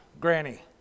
granny